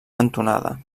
cantonada